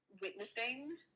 witnessing